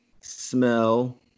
smell